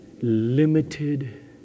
limited